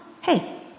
Hey